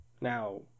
Now